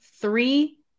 three